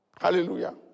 Hallelujah